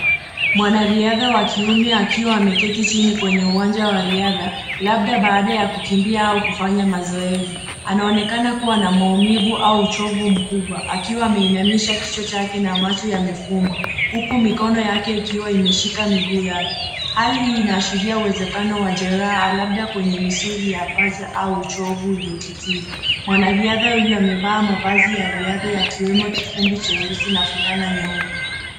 Mwanariadha wa kiume akiwa ameketi chini kwenye uwanja wa riadha, labda baada ya kukimbia au kufanya mazoezi, anaonekana kuwa na maumivu au uchovu mkubwa, akiwa ameinamisha kichwa chake na macho yamefungwa, huku mikono yake ikiwa imeshika miguu yake. Hali hii inaashiria uwezekano wa jeraha, labda kwenye misuli ya paja au uchovu uliokithiri. Mwanariadha huyu amevaa mavazi ya riadha, yakiwemo kifumbi cheusi na fulana nyeupe.